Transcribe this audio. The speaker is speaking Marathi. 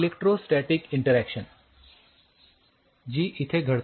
इलेक्ट्रोस्टॅटीक इन्टेरॅक्शन जी इथे घडते